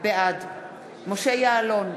בעד משה יעלון,